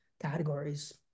categories